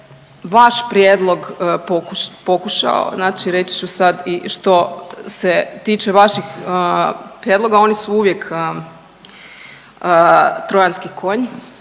vaš prijedlog pokušao, znači reći ću sad i što se tiče vaših prijedloga, oni su uvijek trojanski konj,